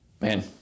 Man